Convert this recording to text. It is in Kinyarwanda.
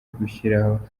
gushyiraho